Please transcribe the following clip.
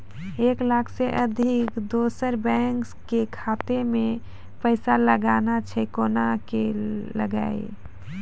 एक लाख से अधिक दोसर बैंक के खाता मे पैसा लगाना छै कोना के लगाए?